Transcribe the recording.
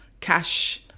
cash